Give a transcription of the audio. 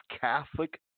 Catholic